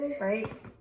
right